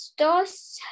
Estos